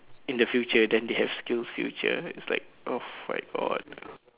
in the future then they have Skills-Future its like oh my God